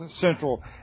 Central